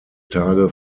tage